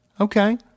Okay